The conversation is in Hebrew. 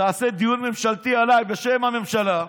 תעשה דיון ממשלתי עליי בשם הממשלה,